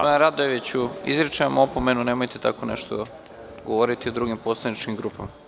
Gospodine Radojeviću, izričem vam opomenu, nemojte tako nešto govoriti o drugim poslaničkim grupama.